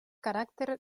caràcter